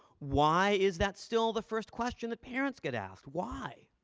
why is that still the first question that parents get asked? why?